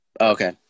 Okay